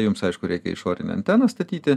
jums aišku reikia išorinę anteną statyti